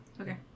Okay